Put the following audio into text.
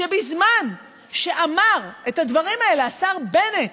שבזמן שאמר את הדברים האלה השר בנט,